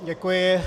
Děkuji.